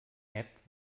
app